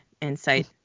insight